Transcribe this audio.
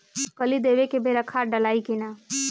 कली देवे के बेरा खाद डालाई कि न?